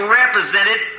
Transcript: represented